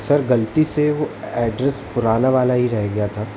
sir गलती से वो एड्रेस पूराना वाला ही रह गया था